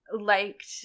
liked